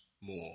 more